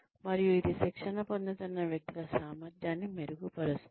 మరియు ఇది శిక్షణ పొందుతున్న వ్యక్తుల సామర్థ్యాన్ని మెరుగుపరుస్తుంది